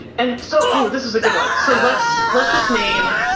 and so, oh, this is a good one. so let's let's just name